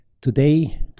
Today